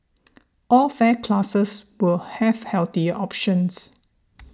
all fare classes will have healthier options